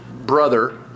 brother